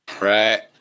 Right